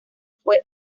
fue